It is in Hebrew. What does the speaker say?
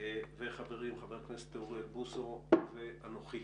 היו"ר, חבר הכנסת אוריאל בוסו ואנוכי.